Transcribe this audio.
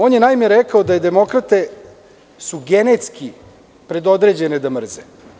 On je, naime, rekao da su demokrate genetski predodređene da mrze.